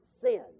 sin